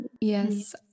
Yes